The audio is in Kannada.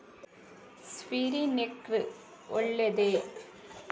ಸ್ಪಿರಿನ್ಕ್ಲೆರ್ ಒಳ್ಳೇದೇ?